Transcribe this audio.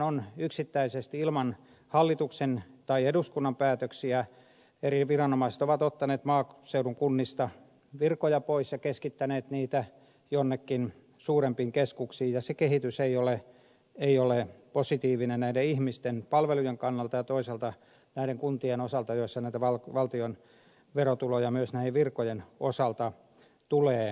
valtionhallinnossahan yksittäisesti ilman hallituksen tai eduskunnan päätöksiä eri viranomaiset ovat ottaneet maaseudun kunnista virkoja pois ja keskittäneet niitä jonnekin suurempiin keskuksiin ja se kehitys ei ole positiivinen näiden ihmisten palvelujen kannalta ja toisaalta näiden kuntien osalta joissa valtion verotuloja myös näiden virkojen osalta tulee